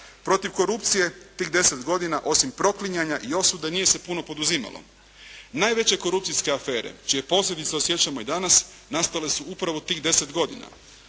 Protiv korupcije tih deset godina osim proklinjanja i osude nije se puno poduzimalo. Najveće korupcijske afere čije posljedice osjećamo i danas nastale su upravo tih deset godina.